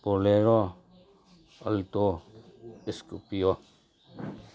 bolero alto scorpio